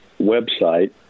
website